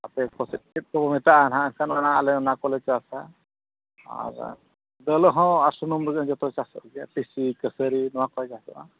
ᱟᱯᱮ ᱠᱚᱥᱮᱫ ᱪᱮᱫ ᱠᱚᱠᱚ ᱢᱮᱛᱟᱜᱼᱟ ᱱᱟᱜ ᱱᱚᱜᱼᱚ ᱱᱟ ᱟᱞᱮ ᱚᱱᱟ ᱠᱚᱞᱮ ᱪᱟᱥᱟ ᱟᱨ ᱫᱟᱹᱞ ᱦᱚᱸ ᱟᱨ ᱥᱩᱱᱩᱢ ᱞᱟᱹᱜᱤᱫ ᱡᱚᱛᱚ ᱪᱟᱥᱚᱜ ᱜᱮᱭᱟ ᱴᱤᱥᱤ ᱠᱟᱹᱥᱟᱹᱨᱤ ᱱᱚᱣᱟ ᱠᱚ ᱪᱟᱥᱚᱜᱼᱟ